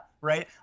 right